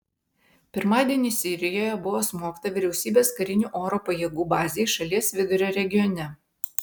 pirmadienį sirijoje buvo smogta vyriausybės karinių oro pajėgų bazei šalies vidurio regione